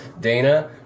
Dana